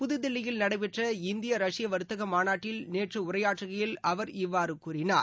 புதுதில்லியில் நடைபெற்ற India Russia வர்த்தக மாநாட்டில் நேற்று உரையாற்றுகையில் அவர் இவ்வாறு கூறினார்